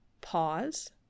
pause